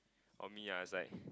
for me ah it's like